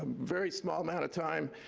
um very small amount of time.